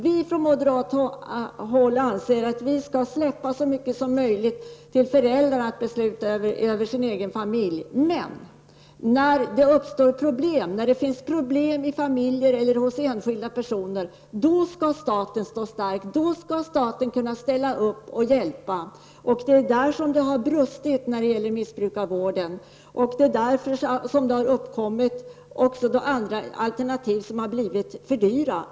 Vi moderater anser att vi skall låta föräldrarna besluta så mycket som möjligt över sin egen familj. Men när det finns problem i familjer eller hos enskilda personer, då skall staten stå stark, kunna ställa upp och hjälpa. Det är i det avseendet som det har brustit när det gäller missbrukarvården, och det är därför som det har uppkommit andra alternativ som har blivit för dyra.